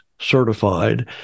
certified